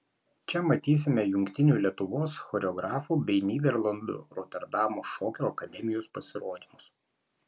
čia matysime jungtinių lietuvos choreografų bei nyderlandų roterdamo šokio akademijos pasirodymus